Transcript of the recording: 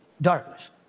darkness